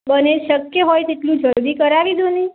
મને શક્ય હોય તેટલું જલ્દી કરાવી દો ને